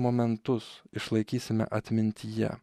momentus išlaikysime atmintyje